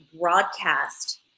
broadcast